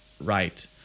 right